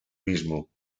mismo